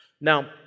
Now